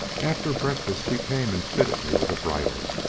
after breakfast he came and fitted me with a bridle.